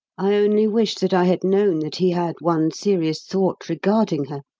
i only wish that i had known that he had one serious thought regarding her.